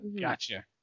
Gotcha